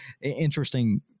interesting